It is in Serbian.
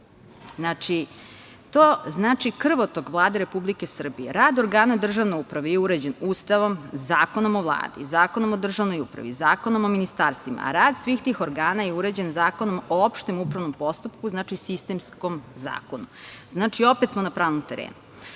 To znači krvotok Vlade Republike Srbije. Rad organa državne uprave je uređen Ustavom, Zakonom o Vladi, Zakonom o državnoj upravi, Zakonom o ministarstvima. Rad svih tih organa je uređen Zakonom o opštem upravnom postupku, znači sistemskom zakonu. Znači, opet smo na pravnom terenu. Kako